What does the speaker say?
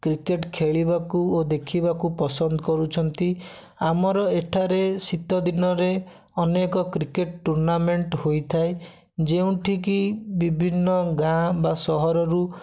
cricket ଖେଳିବାକୁ ଓ ଦେଖିବାକୁ ପସନ୍ଦ କରୁଛନ୍ତି ଆମର ଏଠାରେ ଶୀତ ଦିନରେ ଅନେକ କ୍ରିକେଟ ଟୁର୍ଣ୍ଣାମେଣ୍ଟ ହୋଇଥାଏ ଯେଉଁଠିକି ବିଭିନ୍ନ ଗାଁ ବା ସହରରୁ